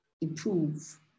improve